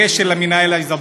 מנהל העיזבון.